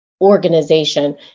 organization